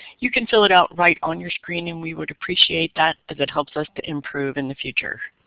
you can fill it out right on your screen and we would appreciate that, cause it helps us to improve in the future.